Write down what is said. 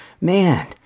man